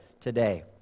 today